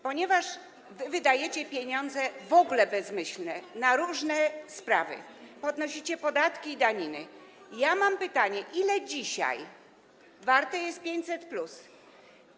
Ponieważ wydajecie pieniądze w ogóle bezmyślnie na różne sprawy, podnosicie podatki i daniny, mam pytanie, ile dzisiaj warte jest 500+.